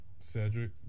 Cedric